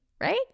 right